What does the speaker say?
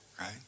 right